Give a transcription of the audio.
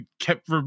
kept